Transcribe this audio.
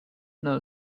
know